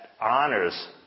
honors